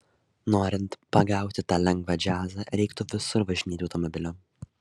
norint pagauti tą lengvą džiazą reiktų visur važinėti automobiliu